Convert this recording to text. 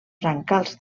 brancals